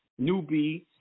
Newbie